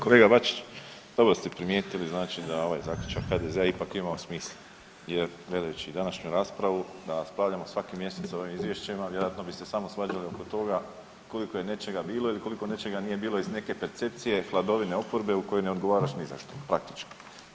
Kolega Bačić, dobro ste primijetili da znači da je ovaj zaključak HDZ-a ipak imao smisla jer gledajući današnju raspravu, da raspravljamo svaki mjesec o ovim izvješćima vjerojatno bi se samo svađali oko toga koliko je nečega bilo ili koliko nečega nije bilo iz neke percepcije, hladovine oporbe u kojoj ne odgovaraš nizašto praktički.